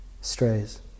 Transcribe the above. strays